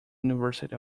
university